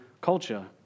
culture